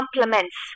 complements